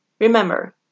Remember